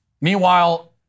Meanwhile